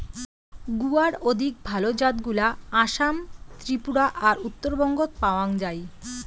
গুয়ার অধিক ভাল জাতগুলা আসাম, ত্রিপুরা আর উত্তরবঙ্গত পাওয়াং যাই